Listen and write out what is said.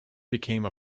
became